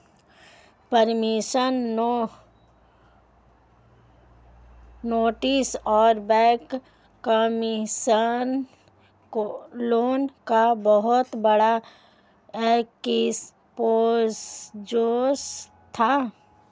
promissory notes और bad commercial loan का बहुत बड़ा एक्सपोजर था